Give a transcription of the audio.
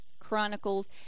Chronicles